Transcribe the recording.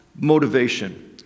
motivation